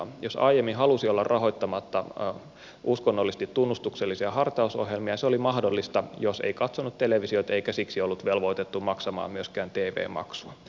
jos aiemmin halusi olla rahoittamatta uskonnollisesti tunnustuksellisia hartausohjelmia se oli mahdollista jos ei katsonut televisiota eikä siksi ollut velvoitettu maksamaan myöskään tv maksua